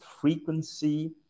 frequency